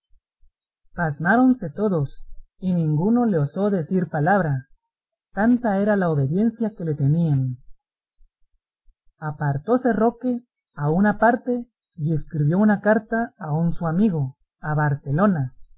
pasmáronse todos y ninguno le osó decir palabra tanta era la obediencia que le tenían apartóse roque a una parte y escribió una carta a un su amigo a barcelona